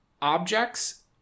objects